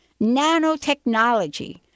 nanotechnology